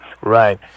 right